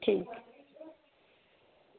ठीक